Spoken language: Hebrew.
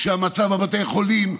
כשהמצב בבתי החולים,